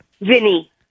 Vinny